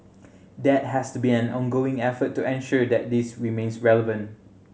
that has to be an ongoing effort to ensure that this remains relevant